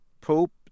Pope